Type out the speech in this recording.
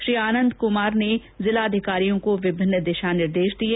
श्री आनंद कुमार ने जिलाधिकारियों को विभिन्न दिशा निर्देश दिए